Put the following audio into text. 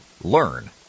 Learn